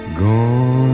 gone